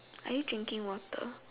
are you drinking water